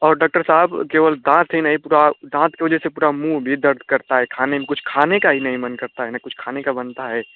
और डक्टर साहब केवल दाँत ही नहीं पूरा दाँत की वजह से पूरा मूँह भी दर्द करता है खाने में कुछ खाने का ही नहीं मन करता है ना कुछ खाने का बनता है